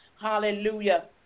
Hallelujah